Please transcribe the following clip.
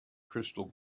crystal